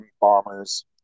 bombers